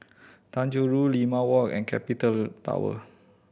Tanjong Rhu Limau Walk and Capital Tower